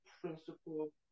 principle